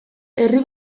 herri